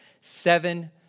seven